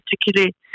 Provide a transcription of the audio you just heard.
particularly